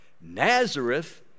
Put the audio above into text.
nazareth